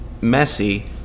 messy –